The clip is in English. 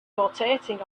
rotating